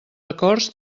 acords